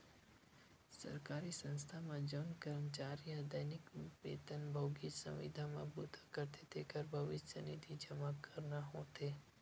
सरकारी संस्था म जउन करमचारी ह दैनिक बेतन भोगी, संविदा म बूता करथे तेखर भविस्य निधि जमा करना होथे